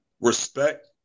respect